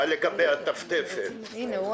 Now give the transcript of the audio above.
יש לי הסתייגות בסיסית קשה